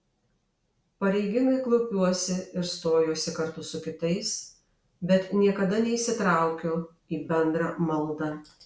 pareigingai klaupiuosi ir stojuosi kartu su kitais bet niekada neįsitraukiu į bendrą maldą